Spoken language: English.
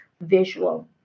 visual